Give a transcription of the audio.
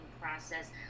process